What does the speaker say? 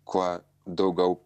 kuo daugiau